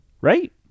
Right